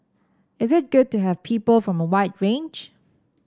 is it good to have people from a wide range